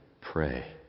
pray